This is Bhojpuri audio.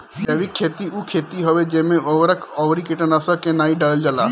जैविक खेती उ खेती हवे जेमे उर्वरक अउरी कीटनाशक के नाइ डालल जाला